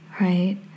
right